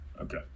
Okay